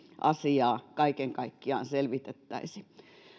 asiaa kaiken kaikkiaan selvitettäisiin